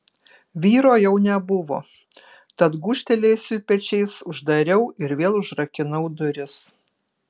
vyro jau nebuvo tad gūžtelėjusi pečiais uždariau ir vėl užrakinau duris